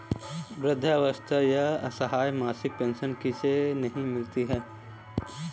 वृद्धावस्था या असहाय मासिक पेंशन किसे नहीं मिलती है?